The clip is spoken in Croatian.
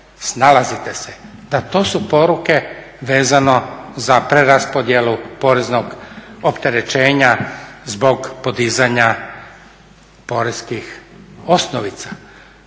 snalazite se. Da, to su poruke vezano za preraspodjelu poreznog opterećenja zbog podizanja poreznih osnovica,